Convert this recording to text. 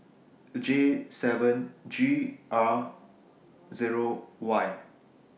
J seven G R Zero Y